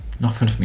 nothing.